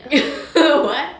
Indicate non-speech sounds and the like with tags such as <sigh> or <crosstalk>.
<laughs> what